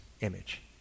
image